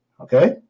Okay